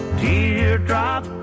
teardrop